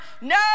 No